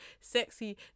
sexy